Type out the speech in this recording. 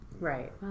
Right